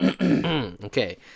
Okay